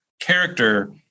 character